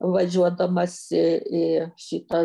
važiuodamas į į šitą